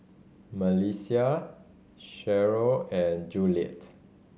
Melissia Cheryle and Juliet